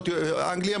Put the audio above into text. אנגליה,